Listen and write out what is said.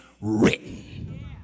written